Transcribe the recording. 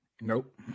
Nope